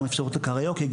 אפשרות לקריוקי,